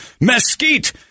mesquite